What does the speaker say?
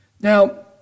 Now